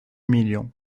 millions